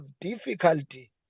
difficulty